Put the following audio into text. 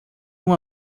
uma